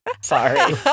Sorry